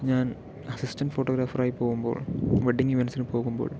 ഞാൻ അസിസ്റ്റന്റ് ഫോട്ടോഗ്രാഫറായി പോവുമ്പോൾ വെഡിങ് ഇവൻറ്സിന് പോകുമ്പോൾ